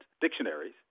dictionaries